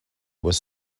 was